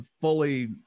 fully